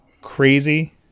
crazy